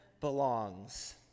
belongs